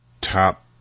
top